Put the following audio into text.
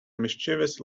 mischievous